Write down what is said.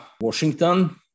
Washington